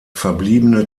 verbliebene